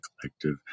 collective